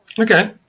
Okay